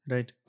Right